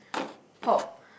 pop